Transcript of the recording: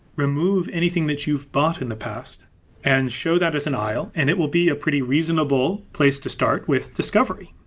remove anything that you've bought in the past and show that as an aisle, and it will be a pretty reasonable place to start with discovery.